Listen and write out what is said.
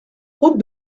route